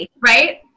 right